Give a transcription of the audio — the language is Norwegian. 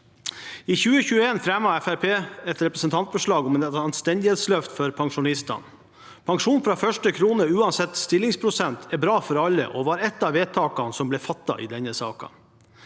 Fremskrittspartiet et representantforslag om et anstendighetsløft for pensjonistene. Pensjon fra første krone, uansett stillingsprosent, er bra for alle, og det var et av vedtakene som ble fattet i denne saken.